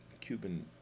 Cuban